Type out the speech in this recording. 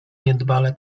niedbale